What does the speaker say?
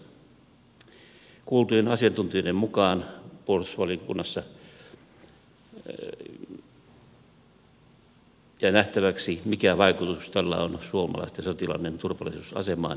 puolustusvaliokunnassa kuultujen asiantuntijoiden mukaan jää nähtäväksi mikä vaikutus tällä on suomalaisten sotilaiden turvallisuusasemaan ja toimintaan